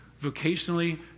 vocationally